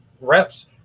reps